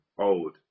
old